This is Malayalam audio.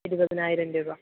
ഇരുപതിനായിരം രൂപ